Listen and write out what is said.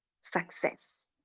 success